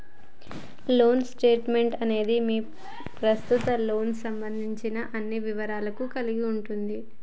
loan statement అనేది మీ ప్రస్తుత లోన్కు సంబంధించిన అన్ని వివరాలను కలిగి ఉంటది